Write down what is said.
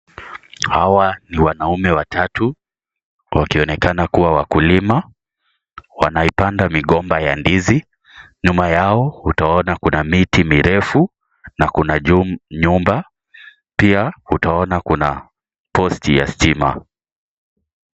Hawa ni wanaume watatu, wakionekana kuwa wakulima. Wanaipanda migomba ya ndizi, nyuma yao utaona kuna miti mirefu na kuna nyumba. Pia utaona kuna post ya stima.